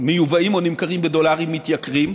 שמיובאים או נמכרים בדולרים מתייקרים,